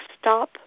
stop